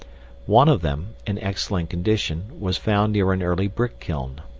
one of them, in excellent condition, was found near an early brick kiln.